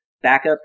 backup